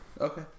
okay